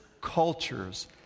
cultures